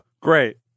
Great